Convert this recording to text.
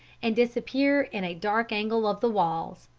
and disappear in a dark angle of the walls.